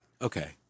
Okay